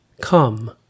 Come